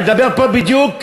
אני מדבר פה בדיוק,